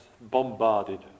bombarded